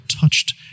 touched